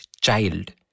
child